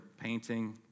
painting